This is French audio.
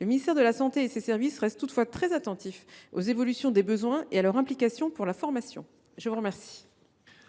Le ministère de la santé et ses services restent toutefois très attentifs aux évolutions des besoins et à leur implication pour la formation. La parole